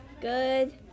Good